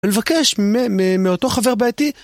ולבקש מאותו חבר בעייתי